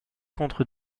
contre